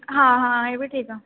ਹਾਂ ਹਾਂ ਇਹ ਵੀ ਠੀਕ ਆ